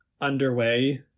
underway